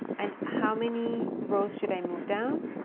and how many rows should i move down?